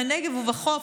בנגב ובחוף.